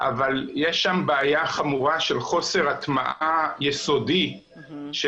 אבל יש שם בעיה חמורה של חוסר הטמעה יסודית של